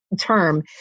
term